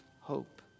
hope